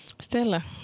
Stella